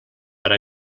per